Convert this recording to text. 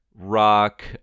rock